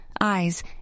eyes